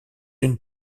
une